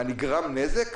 מה, נגרם נזק?